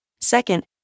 Second